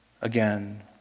again